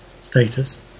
status